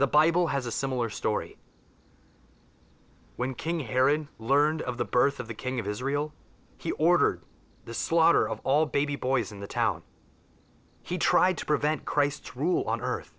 the bible has a similar story when king herod learned of the birth of the king of israel he ordered the slaughter of all baby boys in the town he tried to prevent christ's rule on earth